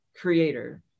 creator